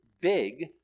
big